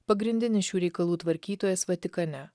pagrindinis šių reikalų tvarkytojas vatikane